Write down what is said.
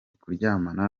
kuryamana